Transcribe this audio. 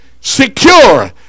secure